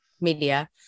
media